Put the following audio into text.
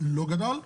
לא גדול.